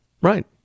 Right